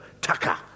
tucker